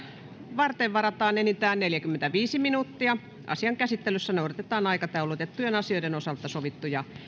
varten varataan enintään neljäkymmentäviisi minuuttia asian käsittelyssä noudatetaan aikataulutettujen asioiden osalta sovittuja